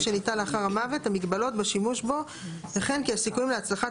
שניטל לאחר המוות המגבלות בשימוש בו וכן כי הסיכויים להצלחת